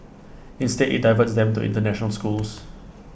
instead IT diverts them to International schools